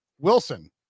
Wilson